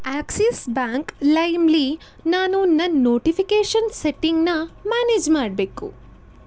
Axis Bank ಲೈಮ್ಲಿ ನಾನು ನನ್ನ ನೋಟಿಫಿಕೇಷನ್ ಸೆಟ್ಟಿಂಗ್ನ ಮ್ಯಾನೇಜ್ ಮಾಡಬೇಕು